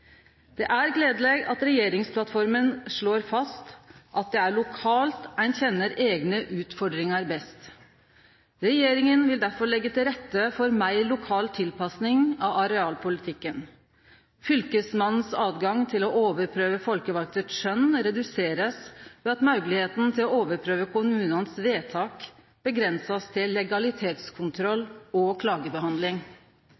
Det er gledeleg at regjeringsplattforma slår fast at det er lokalt ein kjenner eigne utfordringar best. Regjeringa vil derfor leggje til rette for meir lokal tilpassing av arealpolitikken. Fylkesmannens tilgjenge til å overprøve folkevaldes skjønn blir redusert ved at moglegheita til å overprøve kommunanes avgjerder blir avgrensa til